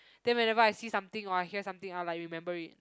then whenever I see something or I hear sometime I'll like remember it